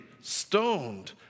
stoned